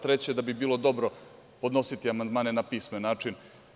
Treće, bilo bi dobro podnositi amandmane na pismen način.